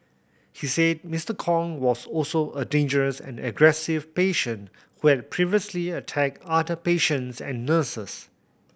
he said Mister Kong was also a dangerous and aggressive patient who had previously attacked other patients and nurses